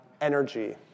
energy